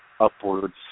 upwards